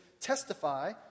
testify